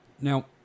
Now